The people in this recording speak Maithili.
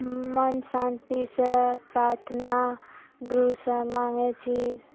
मन शान्तिसँ प्रार्थना गुरुसँ माँगै छी